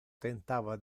tentava